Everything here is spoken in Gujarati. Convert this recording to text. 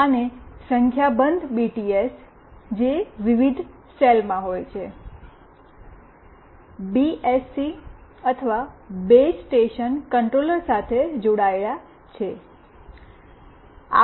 અને સંખ્યાબંધ બીટીએસ જે વિવિધ સેલમાં હોય છે બીએસસી અથવા બેઝ સ્ટેશન કંટ્રોલર સાથે જોડાયેલા છે